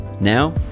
Now